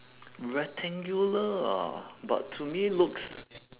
rectangular ah but to me looks